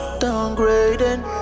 downgrading